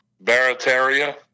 Barataria